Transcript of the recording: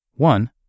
One